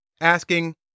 asking